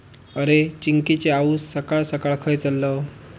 अरे, चिंकिची आऊस सकाळ सकाळ खंय चल्लं?